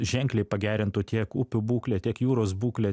ženkliai pagerintų tiek upių būklę tiek jūros būklę